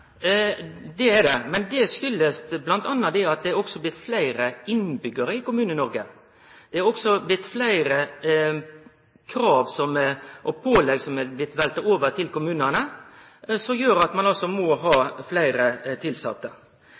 det er det, men det kjem bl.a. av at det også har blitt fleire innbyggjarar i Kommune-Noreg. Det er også blitt fleire krav og pålegg som er blitt velta over på kommunane, noko som gjer at ein må ha fleire tilsette.